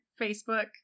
Facebook